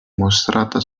mostrata